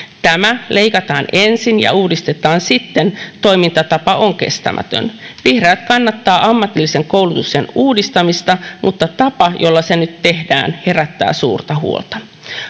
tämä leikataan ensin ja uudistetaan sitten toimintatapa on kestämätön vihreät kannattavat ammatillisen koulutuksen uudistamista mutta tapa jolla se nyt tehdään herättää suurta huolta